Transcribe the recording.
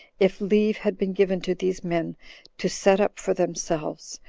if leave had been given to these men to set up for themselves,